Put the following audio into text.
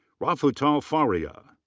rafatul faria.